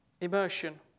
Immersion